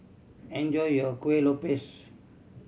enjoy your Kuih Lopes